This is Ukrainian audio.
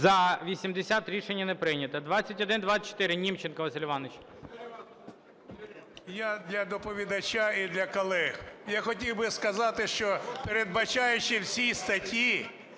За-80 Рішення не прийнято.